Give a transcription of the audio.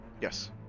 yes